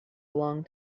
long